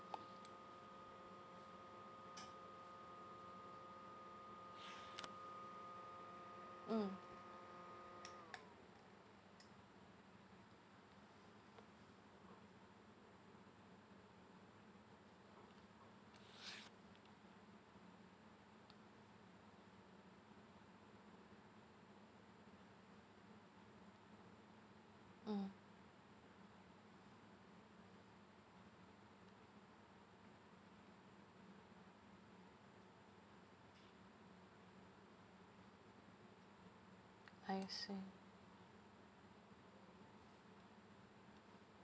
mm mm I see